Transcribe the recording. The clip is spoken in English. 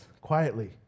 quietly